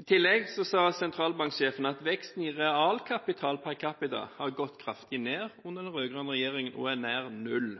I tillegg sa sentralbanksjefen at veksten i realkapital per capita har gått kraftig ned under den rød-grønne regjering og er nær null,